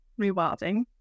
rewilding